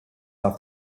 off